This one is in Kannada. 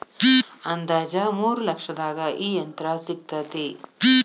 ಅಂದಾಜ ಮೂರ ಲಕ್ಷದಾಗ ಈ ಯಂತ್ರ ಸಿಗತತಿ